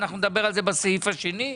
ונדבר עליו בסעיף השני.